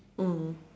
mm